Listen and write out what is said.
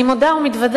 אני מודה ומתוודה,